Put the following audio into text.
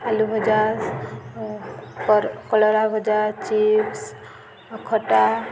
ଆଲୁ ଭଜା କଲରା ଭଜା ଚିପ୍ସ ଖଟା